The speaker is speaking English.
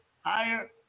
higher